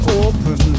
open